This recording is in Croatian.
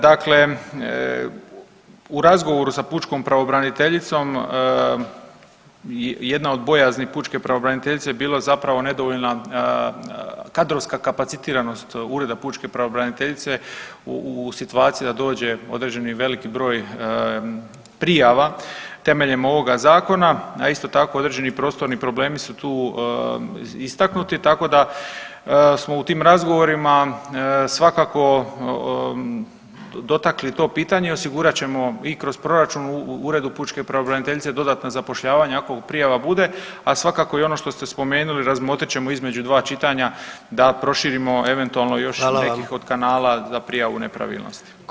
Dakle, u razgovoru sa pučkom pravobraniteljicom jedna od bojazni pučke pravobraniteljice je bilo zapravo nedovoljna kadrovska kapacitiranost ureda pučke pravobraniteljica u situaciji da dođe određeni veliki broj prijava temeljem ovoga zakona, a isto tako određeni prostorni problemi su tu istaknuti, tako da smo u tim razgovorima svakako dotakli to pitanje i osigurat ćemo i kroz proračun u uredu pučke pravobraniteljice dodatna zapošljavanja ako prijava bude, a svakako i ono što ste spomenuli razmotrit ćemo između dva čitanja da proširimo eventualno još nekih od kanala za prijavu nepravilnosti.